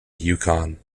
yukon